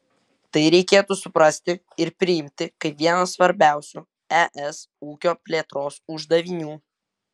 tai reikėtų suprasti ir priimti kaip vieną svarbiausių es ūkio plėtros uždavinių